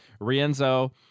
Rienzo